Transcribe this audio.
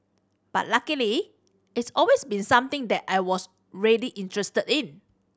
but luckily it's always been something that I was really interested in